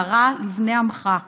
להרע לבני עמך.